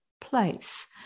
place